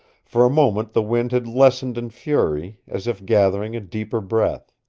for a moment the wind had lessened in fury, as if gathering a deeper breath.